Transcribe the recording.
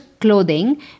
clothing